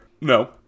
No